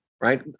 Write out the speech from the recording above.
Right